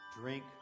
drink